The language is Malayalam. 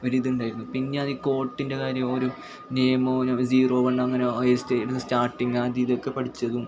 ഒരിത് ഉണ്ടായിരുന്നു പിന്നെ ആന്നീ കോർട്ടിൻ്റെ കാര്യവും ഓരോ നിയമവും സീറോ വൺ അങ്ങനെ ഏയ്സ്റ്റേ സ്റ്റാട്ടിങ്ങ് അത് ഇതൊക്കെ പഠിച്ചത്